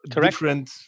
Different